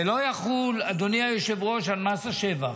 זה לא יחול, אדוני היושב-ראש, על מס השבח.